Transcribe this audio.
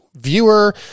viewer